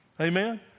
Amen